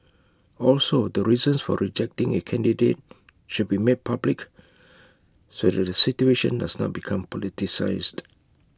also the reasons for rejecting A candidate should be made public so that the situation does not become politicised